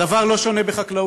הדבר אינו שונה בחקלאות.